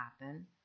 happen